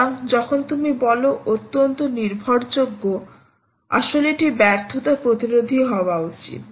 সুতরাং যখন তুমি বলো অত্যন্ত নির্ভরযোগ্য আসলে এটি ব্যর্থতা প্রতিরোধী হওয়া উচিত